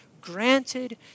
granted